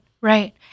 right